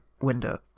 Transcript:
window